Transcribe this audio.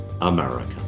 america